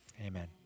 Amen